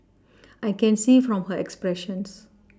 I can see from her expressions